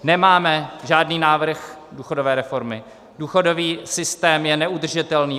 Nemáme žádný návrh důchodové reformy, důchodový systém je neudržitelný.